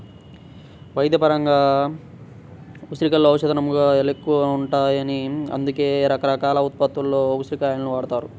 వైద్యపరంగా ఉసిరికలో ఔషధగుణాలెక్కువంట, అందుకే రకరకాల ఉత్పత్తుల్లో ఉసిరి కాయలను వాడతారు